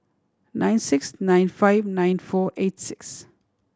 nine six nine five nine four eight six